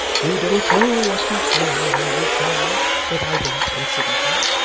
you don't know what you say when you tell me that i don't consider her